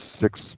six